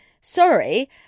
sorry